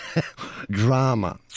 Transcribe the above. drama